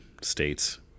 states